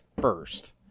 first